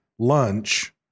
lunch